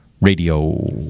Radio